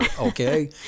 Okay